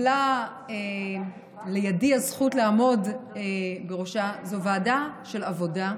נפלה לידיי הזכות לעמוד בראשה, זו ועדה של עבודה,